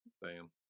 Bam